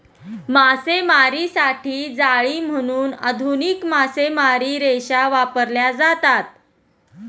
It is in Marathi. मासेमारीसाठी जाळी म्हणून आधुनिक मासेमारी रेषा वापरल्या जातात